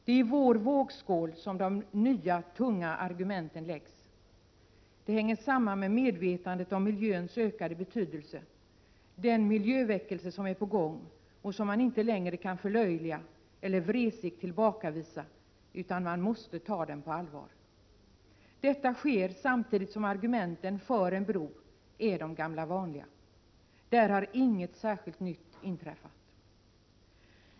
Det är i vår vågskål som de nya, tunga argumenten läggs. Detta hänger samman med medvetandet om miljöns ökade betydelse, den miljöväckelse som är på gång och som man inte längre kan förlöjliga eller vresigt tillbakavisa utan som man måste ta på allvar. Detta sker samtidigt som argumenten för en bro är de gamla vanliga. Inget särskilt nytt har inträffat.